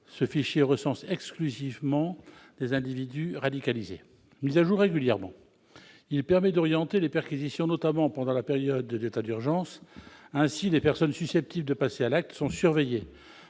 ce fichier recense exclusivement des individus radicalisés. Mis à jour régulièrement, il permet d'orienter les perquisitions, notamment pendant les périodes d'état d'urgence. Ainsi, les personnes susceptibles de passer à l'acte sont surveillées